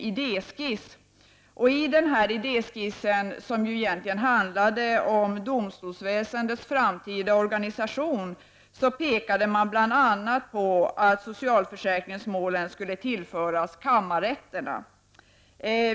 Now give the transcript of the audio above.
I denna idéskiss, som egentligen handlade om domstolsväsendets framtida organisation, pekade man bl.a. på att socialförsäkringsmålen skulle tillföras kammarrätterna.